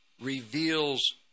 reveals